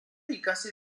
ikasi